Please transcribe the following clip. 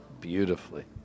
beautifully